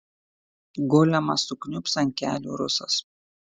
golemas sukniubs ant kelių rusas